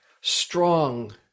strong